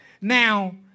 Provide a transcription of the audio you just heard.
Now